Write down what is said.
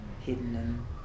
hidden